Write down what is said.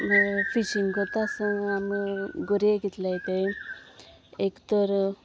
fishing करता आसतना आमी गोरये घेतले तें एक तर